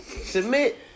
Submit